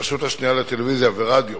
הרשות השנייה לטלוויזיה ורדיו